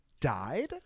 died